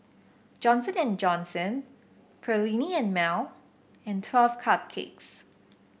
Johnson And Johnson Perllini and Mel and Twelve Cupcakes